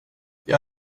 jag